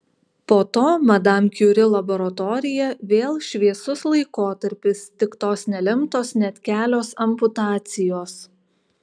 po to madam kiuri laboratorija vėl šviesus laikotarpis tik tos nelemtos net kelios amputacijos